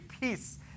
peace